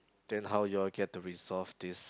then how you all get to resolve this